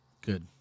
Good